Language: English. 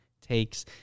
takes